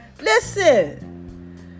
Listen